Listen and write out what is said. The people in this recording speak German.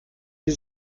sie